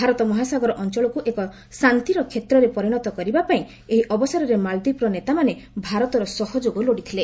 ଭାରତ ମହାସାଗର ଅଞ୍ଚଳକୁ ଏକ ଶାନ୍ତିର କ୍ଷେତ୍ରରେ ପରିଣତ କରିବାପାଇଁ ଏହି ଅବସରରେ ମାଳଦ୍ୱୀପର ନେତାମାନେ ଭାରତର ସହଯୋଗ ଲୋଡ଼ିଥିଲେ